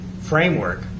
framework